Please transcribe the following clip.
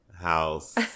house